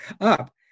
up